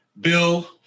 Bill